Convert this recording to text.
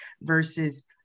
versus